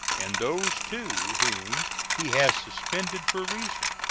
and those, too, whom he has suspended for reason?